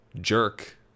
jerk